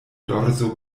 dorso